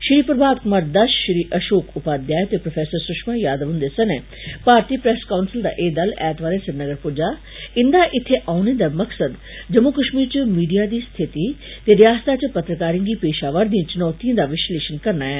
श्री प्रभात कुमार दश श्री अशोक उपाध्याय ते प्रोफेसर सुषमा यादव हुन्दे सने भारतीय प्रैस काउंसिल दा एह् दल ऐतवारें श्रीनगर पुज्जा इन्दा हत्थें औने दा मकसद जम्मू कश्मीर इच मीडिया दी स्थिति ते रियासता इच पत्रकारें गी पेश आवा'रदिएं चुनौतियें दा विश्लेषण करना ऐ